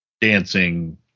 dancing